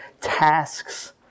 tasks